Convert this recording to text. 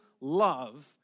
love